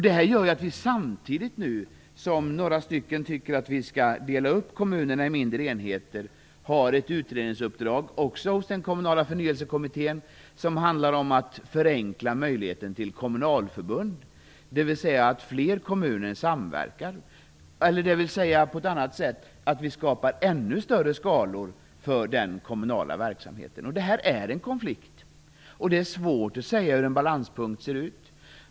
Detta gör att vi samtidigt som några tycker att vi skall dela upp kommunerna i mindre enheter, också har ett utredningsuppdrag hos den Kommunala förnyelsekommittén som handlar om att förenkla möjligheten till kommunalförbund, dvs. att fler kommuner samverkar och att vi skapar ännu större skalor för den kommunala verksamheten. Här finns en konflikt, och det är svårt att säga var balanspunkten finns.